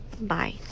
Bye